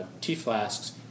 T-flasks